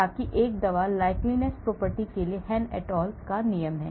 ताकि एक दवा likeness property के लिए Hann et al नियम है